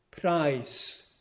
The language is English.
price